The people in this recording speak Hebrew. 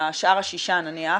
שאר השישה נניח,